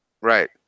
right